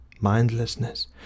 mindlessness